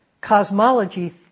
cosmology